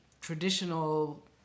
traditional